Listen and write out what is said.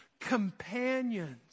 companions